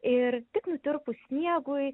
ir tik nutirpus sniegui